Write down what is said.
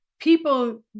people